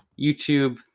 YouTube